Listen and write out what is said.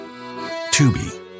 Tubi